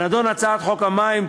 הנדון: הצעת חוק המים (תיקון,